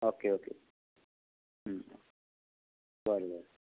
okay okay बरें बरें